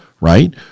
Right